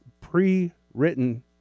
pre-written